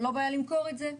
לא בעיה למכור את זה.